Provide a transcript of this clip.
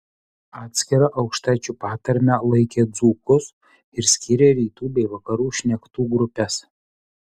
atskira aukštaičių patarme laikė dzūkus ir skyrė rytų bei vakarų šnektų grupes